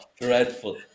dreadful